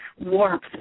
warmth